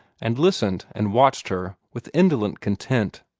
and listened and watched her with indolent content.